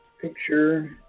picture